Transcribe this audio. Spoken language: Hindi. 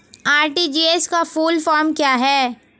आर.टी.जी.एस का फुल फॉर्म क्या है?